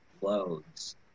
loads